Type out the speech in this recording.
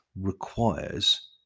requires